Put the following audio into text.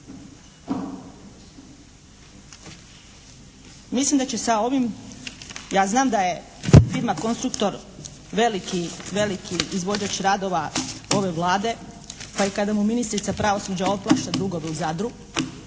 Mislim da će sa ovim, ja znam da je firma "Konstruktor" veliki izvođač radova ove Vlade, pa i kada mu ministrica pravosuđa oprašta dugove u Zadru,